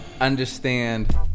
understand